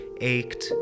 ached